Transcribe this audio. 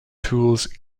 tools